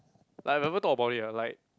like you ever thought about it ah like